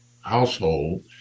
household